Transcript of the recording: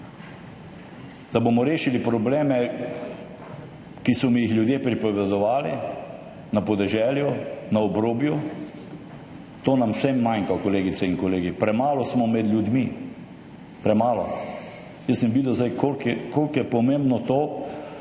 Da bomo rešili probleme, ki so mi jih ljudje pripovedovali na podeželju, na obrobju. To nam vsem manjka, kolegice in kolegi. Premalo smo med ljudmi. Premalo. Jaz sem videl zdaj, koliko je pomembno to,